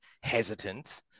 hesitant